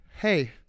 hey